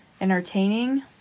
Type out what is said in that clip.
entertaining